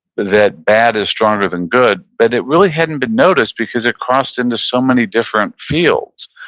that bad is stronger than good, but it really hadn't been noticed because it crossed into so many different fields.